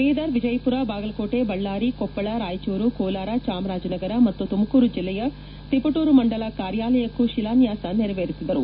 ಬೀದರ್ ವಿಜಯಪುರ ಬಾಗಲಕೋಟೆ ಬಳ್ಲಾರಿ ಕೊಪ್ಪಳ ರಾಯಚೂರು ಕೋಲಾರ ಚಾಮರಾಜನಗರ ಮತ್ತು ತುಮಕೂರು ಜಿಲ್ಲೆಯ ತಿಪಟೂರು ಮಂಡಲ ಕಾರ್ಯಾಲಯಕೂ ಶಿಲಾನ್ತಾಸ ನೆರವೇರಿಸಿದರು